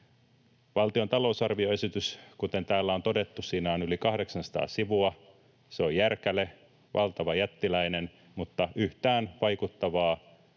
Valtion talousarvioesityksessä, kuten täällä on todettu, on yli 800 sivua. Se on järkäle, valtava jättiläinen, mutta yhtään vaikuttavaa,